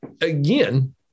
again